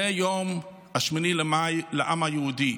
זה יום 8 במאי לעם היהודי.